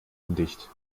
undicht